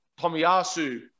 Tomiyasu